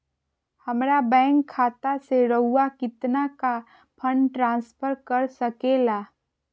हमरा बैंक खाता से रहुआ कितना का फंड ट्रांसफर कर सके ला?